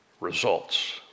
results